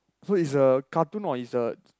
so is a cartoon or is